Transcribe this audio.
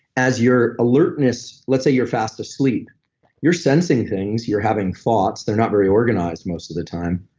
as your alertness. let's say you're fast asleep you're sensing things, you're having thoughts. they're not very organized most of the time.